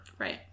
Right